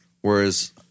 Whereas-